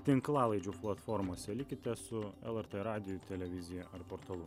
tinklalaidžių platformose likite su lrt radiju televizija ar portalu